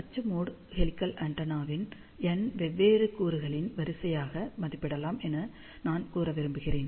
அச்சு mode helical ஆண்டெனாவை n வெவ்வேறு கூறுகளின் வரிசையாக மதிப்பிடலாம் என நான் கூற விரும்புகிறேன்